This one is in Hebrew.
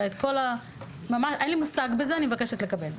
אני מבקשת לקבל.